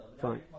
Fine